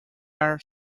are